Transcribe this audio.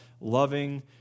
loving